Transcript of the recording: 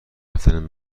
رفتن